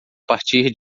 partir